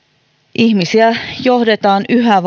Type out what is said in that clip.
ihmisiä johdetaan yhä